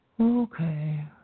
Okay